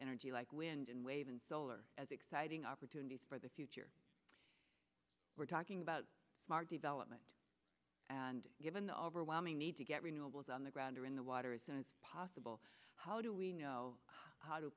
energy like wind and wave and solar as exciting opportunities for the future we're talking about smart development and given the overwhelming need to get renewables on the ground or in the water isn't it possible how do we know how to